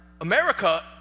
America